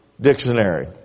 dictionary